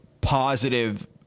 positive